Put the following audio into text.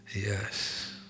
Yes